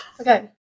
Okay